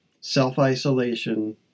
self-isolation